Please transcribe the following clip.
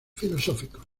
filosóficos